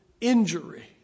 injury